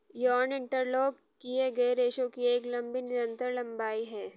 yarn interlock किए गए रेशों की एक लंबी निरंतर लंबाई है